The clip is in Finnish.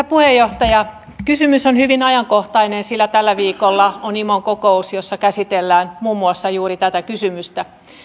puheenjohtaja kysymys on hyvin ajankohtainen sillä tällä viikolla on imon kokous jossa käsitellään muun muassa juuri tätä kysymystä